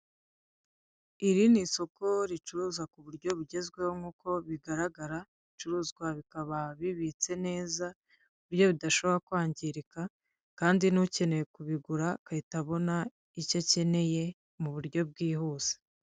Iri ni isoko ricuruza ku buryo bugezweho nk'uko bigaragara, ibicuruzwa bikaba bibitse neza ku buryo bidashobora kwangirika, kandi n'ukeneye kubigura agahita abona icyo akeneye, mu buryo bwihuse.